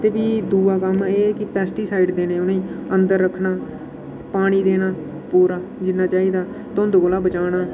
ते फ्ही दूआ कम्म एह् कि पैस्टीसाइड देने उ'नें ई अंदर रक्खना पानी देना पूरा जिन्ना चाहिदा धुंध कोला बचाना